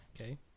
okay